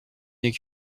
n’est